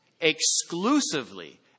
exclusively